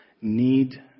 need